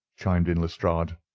chimed in lestrade.